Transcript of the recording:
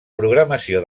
programació